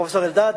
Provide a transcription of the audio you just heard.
פרופסור אלדד,